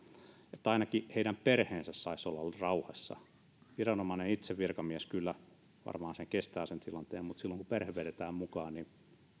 että ainakin heidän perheensä saisi olla rauhassa viranomainen itse virkamies kyllä varmaan sen tilanteen kestää mutta silloin kun perhe vedetään mukaan niin